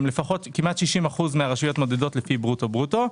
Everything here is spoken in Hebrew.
כמעט 60% מהרשויות מודדות לפי ברוטו-ברוטו.